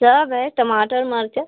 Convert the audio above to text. सब है टमाटर मारटर